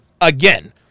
again